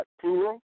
plural